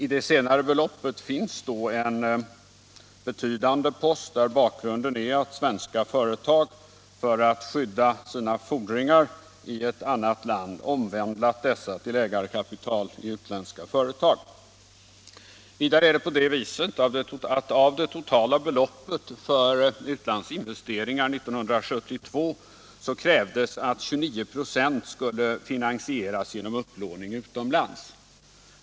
I det senare beloppet finns då en betydande post, där bakgrunden är att svenska företag för att skydda sina fordringar i ett annat land omvandlat dessa till ägarkapital i utländska företag. Vidare är det på det viset att av det totala beloppet för utlandsinvesteringar år 1972 krävdes att 29 ?6 skulle finansieras genom upplåning utomlands.